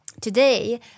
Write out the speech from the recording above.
Today